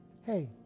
Hey